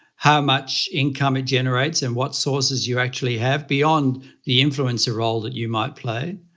how much income it generates and what sources you actually have beyond the influencer role that you might play?